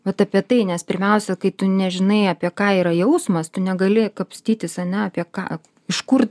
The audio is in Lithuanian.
vat apie tai nes pirmiausia kai tu nežinai apie ką yra jausmas tu negali kapstytis ane apie ką iš kur